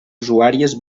usuàries